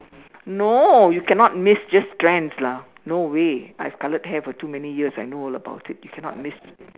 no you cannot miss just strands lah no way I have coloured hair for too many years I know all about it you cannot miss